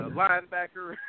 linebacker